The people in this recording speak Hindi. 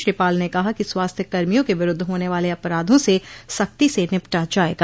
श्री पाल ने कहा कि स्वास्थ्य कर्मियों के विरूद्व होने वाले अपराधों से सख्ती से निपटा जायेगा